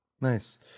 nice